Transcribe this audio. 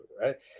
Right